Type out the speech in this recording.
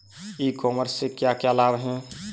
ई commerce से क्या क्या लाभ हैं?